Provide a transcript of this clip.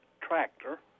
tractor